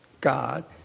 God